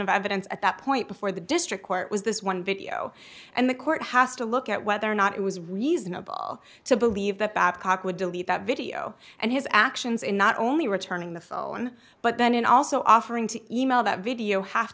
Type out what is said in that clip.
of evidence at that point before the district court was this one video and the court has to look at whether or not it was reasonable to believe that babcock would delete that video and his actions in not only returning the phone but then also offering to e mail that video ha